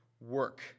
work